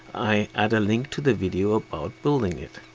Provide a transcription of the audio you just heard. i add a link to the video about building it.